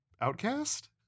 outcast